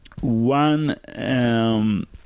One